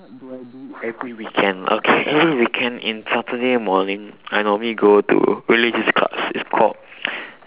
what do I do every weekend okay every weekend in saturday morning I normally go to religious class it's called